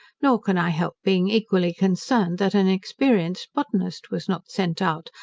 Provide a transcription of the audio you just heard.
nor can i help being equally concerned, that an experienced botanist was not sent out,